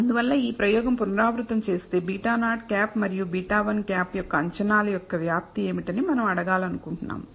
అందువల్ల ఈ ప్రయోగాన్ని పునరావృతం చేస్తేβ̂₀ మరియు β̂1 యొక్క అంచనాలు యొక్క వ్యాప్తి ఏమిటని మనం అడగాలనుకుంటున్నాము